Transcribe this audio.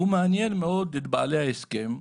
הוא מעניין מאוד את בעלי ההסכם,